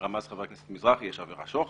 שרמז חבר הכנסת מזרחי, יש עבירת שוחד,